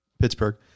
Pittsburgh